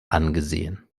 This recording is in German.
angesehen